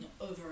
over